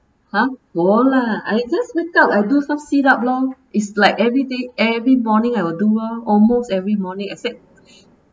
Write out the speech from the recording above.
!huh! bo lah I just wake up I do some sit up lor is like everyday every morning I will do orh almost every morning except